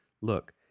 look